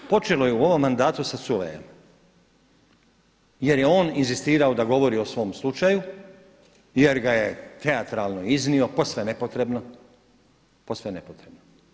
Počelo je u ovom mandatu sa Culejem, jer je on inzistirao da govori o svom slučaju, jer ga je teatralno iznio, posve nepotrebno.